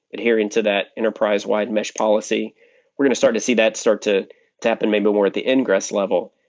adhere into that enterprise-wide mesh policy we're going to start to see that start to tap and maybe more at the ingress level.